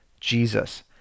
Jesus